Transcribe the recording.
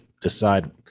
decide